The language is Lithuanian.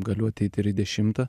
galiu ateit ir į dešimtą